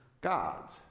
gods